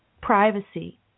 privacy